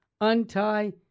untie